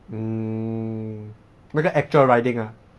mm 那个 actual riding ah